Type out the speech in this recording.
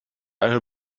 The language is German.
eine